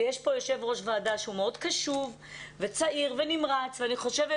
ויש פה יו"ר ועדה שהוא מאוד קשוב וצעיר ונמרץ ואני חושבת